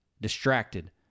distracted